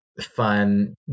fun